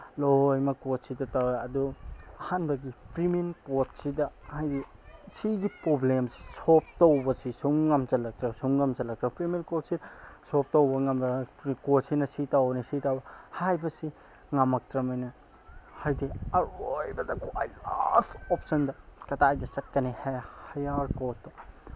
ꯂꯣꯏꯃꯛ ꯀꯣꯔꯠꯁꯤꯗ ꯇꯧꯔꯦ ꯑꯗꯨ ꯑꯍꯥꯟꯕꯒꯤ ꯄ꯭ꯔꯤꯃꯤꯟ ꯀꯣꯔꯠꯁꯤꯗ ꯍꯥꯏꯗꯤ ꯁꯤꯒꯤ ꯄ꯭ꯔꯣꯕ꯭ꯂꯦꯝꯁꯤ ꯁꯣꯜꯞ ꯇꯧꯕꯁꯤ ꯁꯨꯝ ꯉꯝꯁꯤꯜꯂꯛꯇ꯭ꯔꯕ ꯁꯨꯝ ꯉꯝꯁꯤꯜꯂꯛꯇ꯭ꯔꯕ ꯄ꯭ꯔꯤꯃꯤꯟ ꯀꯣꯔꯠꯁꯤ ꯁꯣꯜꯞ ꯇꯧꯕ ꯀꯣꯔꯠꯁꯤꯅ ꯁꯤ ꯇꯧꯕꯅꯦ ꯁꯤ ꯇꯧꯕꯅꯦ ꯍꯥꯏꯕꯁꯦ ꯉꯝꯃꯛꯇ꯭ꯔꯃꯤꯅ ꯍꯥꯏꯗꯤ ꯑꯔꯣꯏꯕꯗ ꯈ꯭ꯋꯥꯏ ꯂꯥꯁ ꯑꯣꯞꯁꯟꯗ ꯀꯗꯥꯏꯗ ꯆꯠꯀꯅꯤ ꯍꯌꯥꯔ ꯀꯣꯔꯠꯇ